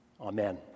amen